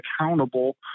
accountable